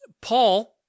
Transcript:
Paul